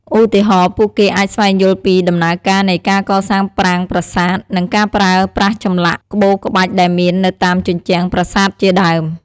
ឧទាហរណ៍ ពួកគេអាចស្វែងយល់ពីដំណើរការនៃការកសាងប្រាង្គប្រាសាទ និងការប្រើប្រាស់ចម្លាក់ក្បូរក្បាច់ដែលមាននៅតាមជញ្ជាំងប្រាសាទជាដើម។